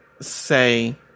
say